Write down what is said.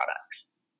products